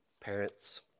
parents